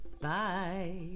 bye